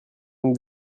donc